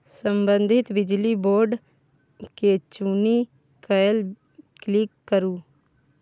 संबंधित बिजली बोर्ड केँ चुनि कए क्लिक करु